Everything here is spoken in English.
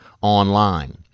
online